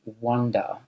wonder